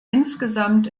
insgesamt